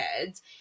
kids